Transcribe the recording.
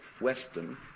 Western